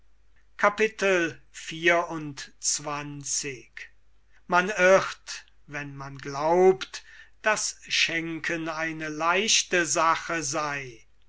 x man irrt wenn man glaubt daß schenken eine leichte sache sei